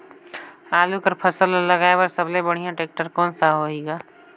आलू कर फसल ल लगाय बर सबले बढ़िया टेक्टर कोन सा होही ग?